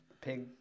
Pig